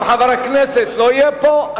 אם חבר הכנסת לא יהיה פה,